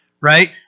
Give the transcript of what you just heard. right